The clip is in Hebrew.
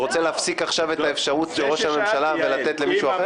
הוא רוצה להפסיק עכשיו את האפשרות של ראש הממשלה ולתת למישהו אחר?